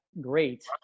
great